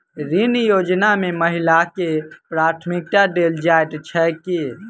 ऋण योजना मे महिलाकेँ प्राथमिकता देल जाइत छैक की?